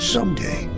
Someday